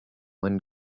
when